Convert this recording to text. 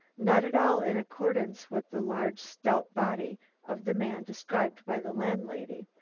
not at all in accordance with the large stout body of the man described by the landlady.